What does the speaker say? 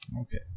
Okay